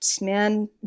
man